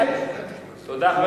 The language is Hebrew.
תודה, חבר